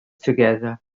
together